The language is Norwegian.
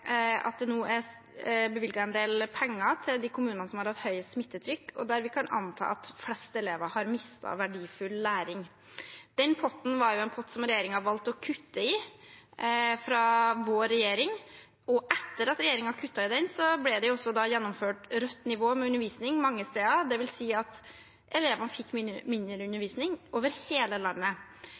at det nå er bevilget en del penger til de kommunene som har hatt høyest smittetrykk, og der vi kan anta at flest elever har mistet verdifull læring. Den potten var jo en pott fra vår regjering som den nye regjeringen valgte å kutte i, og etter at regjeringen kuttet i den, ble det gjennomført rødt nivå med undervisning mange steder, dvs. at elevene fikk mindre undervisning over hele landet.